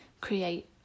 create